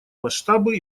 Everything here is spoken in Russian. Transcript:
масштабы